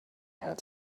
had